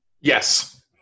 Yes